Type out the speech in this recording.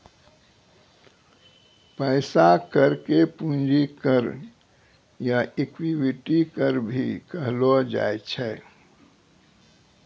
पैसा कर के पूंजी कर या इक्विटी कर भी कहलो जाय छै